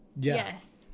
Yes